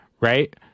right